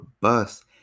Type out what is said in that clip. bus